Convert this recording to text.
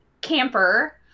camper